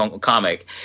comic